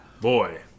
Boy